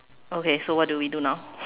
okay so what do we do now